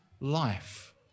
life